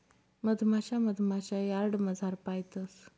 मधमाशा मधमाशा यार्डमझार पायतंस